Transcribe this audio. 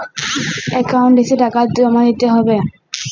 Account এসে টাকা জমা দিতে হবে?